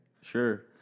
sure